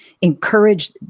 encourage